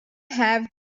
have